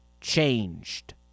changed